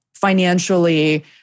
financially